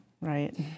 Right